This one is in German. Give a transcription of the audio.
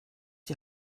die